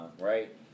right